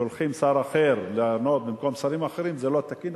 שולחים שר אחר לענות במקום שרים אחרים זה לא תקין,